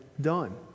done